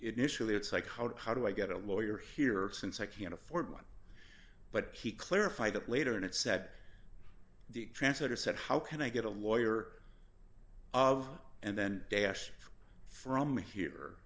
initially it's like how do i get a lawyer here since i can't afford one but he clarified it later and it said the translator said how can i get a lawyer of and then dash from here